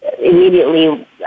immediately